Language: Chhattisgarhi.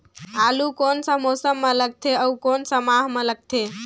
आलू कोन सा मौसम मां लगथे अउ कोन सा माह मां लगथे?